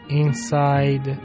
inside